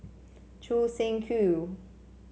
Choo Seng Quee